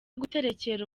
guterekera